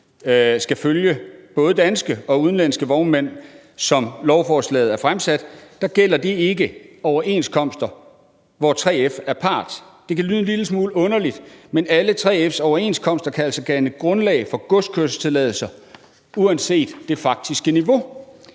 skal følge både danske og udenlandske vognmænd. Som lovforslaget er fremsat, gælder det ikke overenskomster, hvor 3F er part. Det kan lyde en lille smule underligt, men alle 3F's overenskomster kan altså danne grundlag for godskørselstilladelser uanset det faktiske niveau,